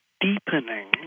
deepening